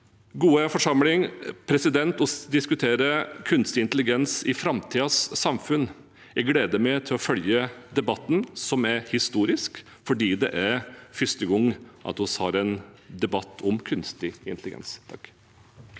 den diskusjonen også tas. Vi diskuterer kunstig intelligens i framtidens samfunn. Jeg gleder meg til å følge debatten, som er historisk fordi det er første gang vi har en debatt om kunstig intelligens.